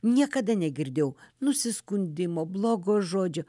niekada negirdėjau nusiskundimo blogo žodžio